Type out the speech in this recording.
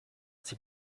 sie